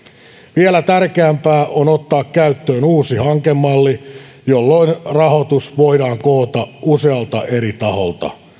vielä tärkeämpää on ottaa käyttöön uusi hankemalli jolloin rahoitus voidaan koota usealta eri taholta